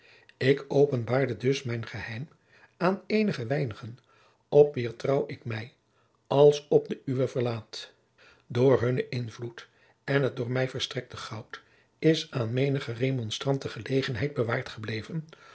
ik openbaarde dus mijn geheim aan eenige weinigen op wier trouw ik mij als op den uwen verlaat door hunnen invloed en het door mij verstrekte goud is aan menigen remonstrant de gelegenheid bewaard gebleven